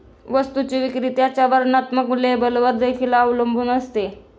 वस्तूची विक्री त्याच्या वर्णात्मक लेबलवर देखील अवलंबून असते